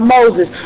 Moses